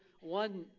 one